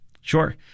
Sure